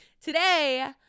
today